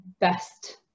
best